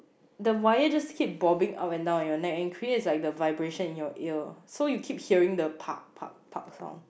the wire just keeps bobbing up and down on your neck and it creates like the vibration in your ear so you keep hearing the sound